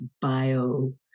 bio